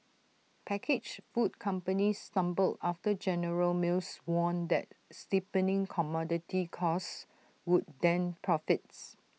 packaged food companies stumbled after general mills warned that steepening commodity costs would dent profits